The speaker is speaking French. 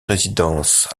résidence